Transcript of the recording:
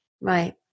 Right